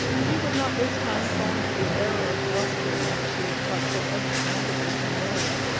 he would not this time fall into the error of blustering, which he had caught so unaccountably from lilia.